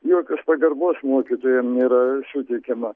jokios pagarbos mokytojam nėra suteikiama